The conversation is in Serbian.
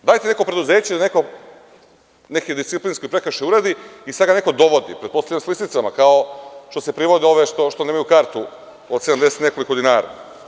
Dajte neko preduzeće da neki disciplinski prekršaj uradi i sada ga neko dovodi, pretpostavljam s lisicama, kao što se privode ove štonemaju kartu od 70 i nekoliko dinara.